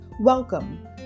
Welcome